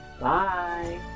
Bye